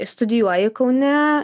studijuoji kaune